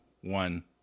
one